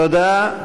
תודה.